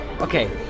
Okay